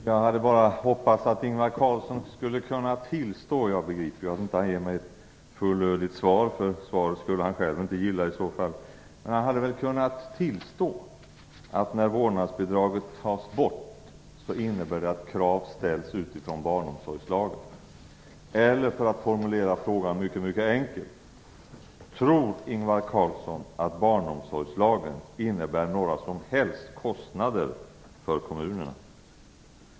Herr talman! Jag hade hoppats att Ingvar Carlsson skulle kunna tillstå att vårdnadsbidragets borttagande innebär att det ställs krav utifrån barnomsorgslagen. Jag begriper att han inte ger mig ett fullödigt svar, för det svaret skulle han själv inte gilla. Jag formulerar frågan mycket enkelt: Tror Ingvar Carlsson att barnomsorgslagen innbär några som helst kostnader för kommunerna?